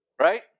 right